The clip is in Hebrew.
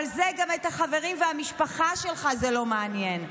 אבל גם את החברים והמשפחה שלך זה לא מעניין.